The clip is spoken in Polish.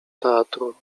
teatru